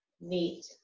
Neat